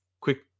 quick